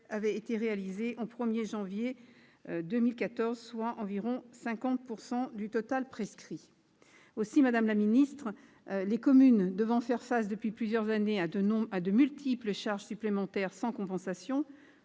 avaient été réalisées au 1 janvier 2014, soit environ 50 % du total prescrit. Madame la ministre, les communes devant faire face depuis plusieurs années à de multiples charges supplémentaires sans compensation,